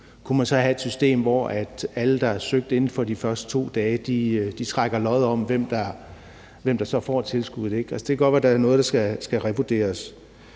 Kunne man så have et system, hvor alle, der havde søgt inden for de første 2 dage, trækker lod om, hvem der så får tilskuddet? Det kan godt være, at der er noget, der skal revurderes.